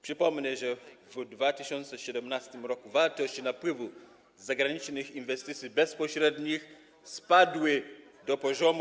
Przypomnę, że w 2017 r. wartość napływu zagranicznych inwestycji bezpośrednich spadła do poziomu.